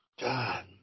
God